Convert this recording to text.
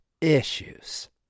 issues